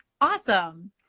Awesome